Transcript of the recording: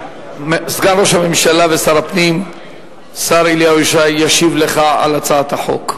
סגן ראש הממשלה ושר הפנים אליהו ישי ישיב לך על הצעת החוק.